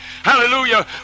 Hallelujah